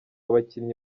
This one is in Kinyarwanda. bakinnyi